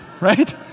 right